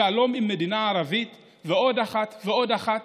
שלום עם מדינה ערבית, ועוד אחת, ועוד אחת,